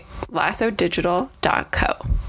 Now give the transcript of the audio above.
lassodigital.co